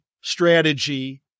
strategy